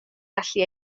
gallu